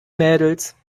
mädels